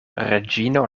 reĝino